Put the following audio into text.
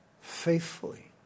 faithfully